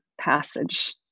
passage